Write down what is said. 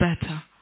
better